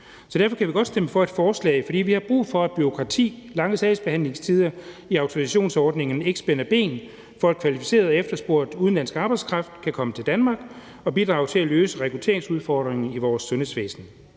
Derfor kan vi godt stemme for det her forslag. Vi har brug for, at bureaukrati og lange sagsbehandlingstider i autorisationsordningerne ikke spænder ben for, at kvalificeret og efterspurgt udenlandsk arbejdskraft kan komme til Danmark og bidrage til at løse rekrutteringsudfordringerne i vores sundhedsvæsen.